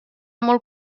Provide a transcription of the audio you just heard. molt